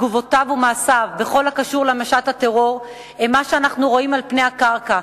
תגובותיו ומעשיו בכל הקשור למשט הטרור הם מה שאנחנו רואים על פני הקרקע.